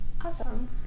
Awesome